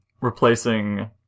replacing